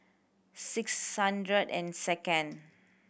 six and second